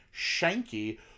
Shanky